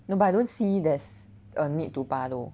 no but I don't see there's a need to 拔 though